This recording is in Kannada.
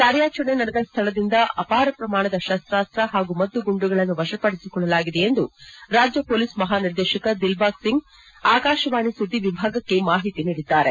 ಕಾರ್ಯಾಚರಣೆ ನಡೆದ ಸ್ಥಳದಿಂದ ಅಪಾರ ಪ್ರಮಾಣದ ಶಸ್ತಾಸ್ತ ಹಾಗೂ ಮದ್ದುಗುಂಡುಗಳನ್ನು ವರಪಡಿಸಿಕೊಳ್ಳಲಾಗಿದೆ ಎಂದು ರಾಜ್ಯ ಮೊಲೀಸ್ ಮಹಾನಿರ್ದೇಶಕ ದಿಲ್ಬಾಗ್ ಸಿಂಗ್ ಆಕಾಶವಾಣಿ ಸುದ್ದಿವಿಭಾಗಕ್ಕೆ ಮಾಹಿತಿ ನೀಡಿದ್ದಾರೆ